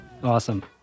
Awesome